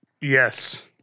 Yes